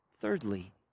Thirdly